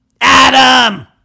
Adam